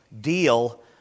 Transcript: deal